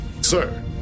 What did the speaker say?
sir